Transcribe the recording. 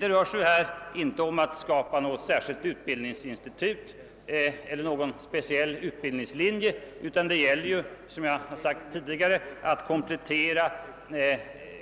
Det rör sig här inte om att skapa något särskilt utbildningsinstitut eller någon speciell utbildningslinje, utan det gäller — som jag har sagt tidigare — att komplettera